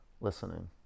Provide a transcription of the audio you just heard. listening